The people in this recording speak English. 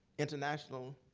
international